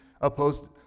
opposed